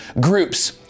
Groups